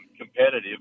competitive